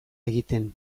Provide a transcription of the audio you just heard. egiten